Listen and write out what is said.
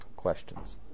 questions